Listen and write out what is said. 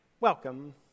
welcome